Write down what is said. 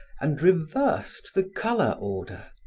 and reversed the color order.